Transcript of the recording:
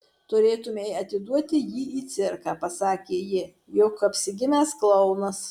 turėtumei atiduoti jį į cirką pasakė ji juk apsigimęs klounas